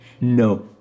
No